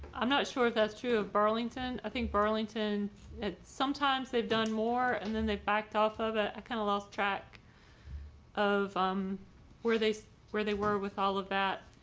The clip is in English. i'm not sure if that's true of burlington, i think burlington it sometimes they've done more and then they backed off of a kind of lost track of um where they where they were with all of that.